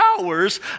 hours